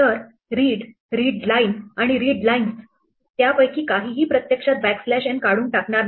तर read readline आणि readlines त्यापैकी काहीही प्रत्यक्षात बॅकस्लॅश n काढून टाकणार नाही